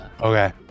Okay